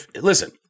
listen